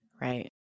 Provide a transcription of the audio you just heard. Right